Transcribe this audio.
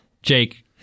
Jake